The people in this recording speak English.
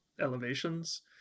elevations